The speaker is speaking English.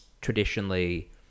traditionally